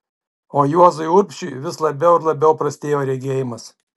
o juozui urbšiui vis labiau ir labiau prastėjo regėjimas